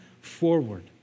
forward